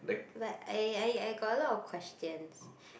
but I I I got a lot of questions